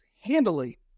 handily